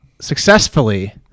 successfully